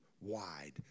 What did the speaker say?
wide